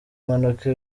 mpanuka